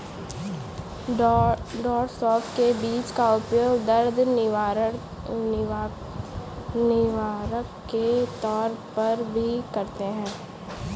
डॉ सौफ के बीज का उपयोग दर्द निवारक के तौर पर भी करते हैं